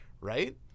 right